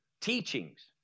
teachings